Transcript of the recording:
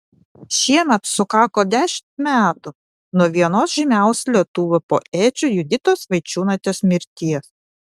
šiemet sukako dešimt metų nuo vienos žymiausių lietuvių poečių juditos vaičiūnaitės mirties